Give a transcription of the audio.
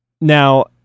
Now